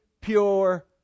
pure